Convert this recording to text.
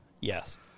Yes